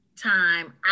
time